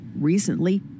Recently